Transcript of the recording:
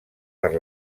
per